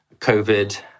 COVID